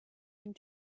end